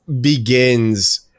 begins